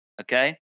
Okay